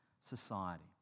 society